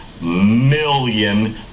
Million